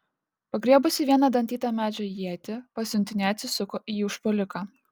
pagriebusi vieną dantytą medžio ietį pasiuntinė atsisuko į užpuoliką